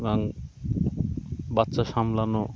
এবং বাচ্চা সামলানো